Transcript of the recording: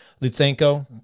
Lutsenko